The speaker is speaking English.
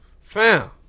Fam